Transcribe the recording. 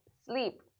sleep